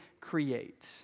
create